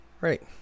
Right